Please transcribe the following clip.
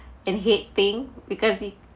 and hate thing because he